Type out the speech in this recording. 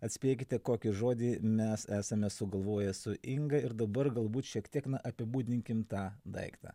atspėkite kokį žodį mes esame sugalvoję su inga ir dabar galbūt šiek tiek na apibūdinkim tą daiktą